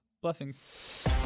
Blessings